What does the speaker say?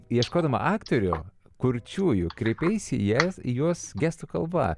ieškodama aktorių kurčiųjų kreipeisi į jas į juos gestų kalba